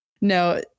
No